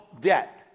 debt